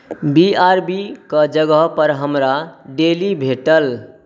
B R B क जगहपर हमरा डेली भेटल